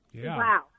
Wow